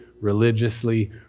religiously